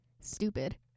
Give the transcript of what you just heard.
stupid